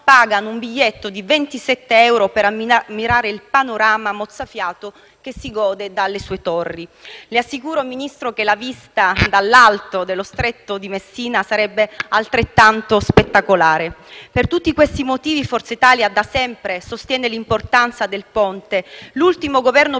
pagano un biglietto di 27 euro per ammirare il panorama mozzafiato che si gode dalle sue torri. Le assicuro, signor Ministro, che la vista dall'alto dello stretto di Messina sarebbe altrettanto spettacolare. Per tutti questi motivi, Forza Italia da sempre sostiene l'importanza del ponte. L'ultimo Governo